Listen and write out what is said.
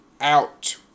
out